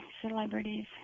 celebrities